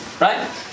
Right